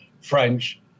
French